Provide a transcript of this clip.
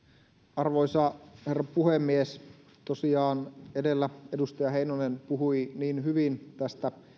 arvoisa herra puhemies edellä edustaja heinonen puhui niin hyvin tästä